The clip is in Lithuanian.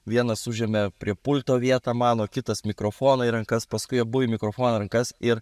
vienas užėmė prie pulto vietą mano kitas mikrofoną į rankas paskui abu į mikrofoną rankas ir